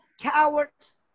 Cowards